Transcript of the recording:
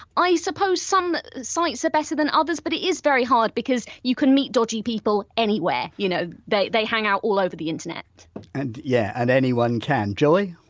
i suppose some sites are better than others but it is very hard because you can meet dodgy people anywhere you know they they hang out all over the internet whiteyeah and yeah and anyone can. joy?